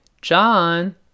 John